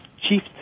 Chief